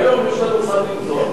היום יש לנו חנין זועבי.